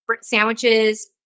sandwiches